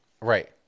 Right